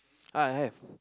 uh I have